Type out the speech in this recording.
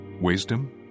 wisdom